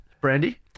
Brandy